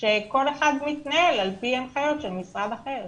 כשכל אחד מתנהל על פי הנחיות של משרד אחר.